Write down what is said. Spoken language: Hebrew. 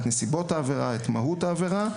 את נסיבות העבירה ואת מהות העבירה,